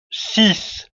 six